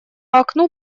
окну